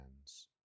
hands